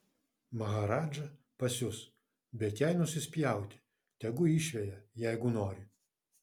maharadža pasius bet jai nusispjauti tegu išveja jeigu nori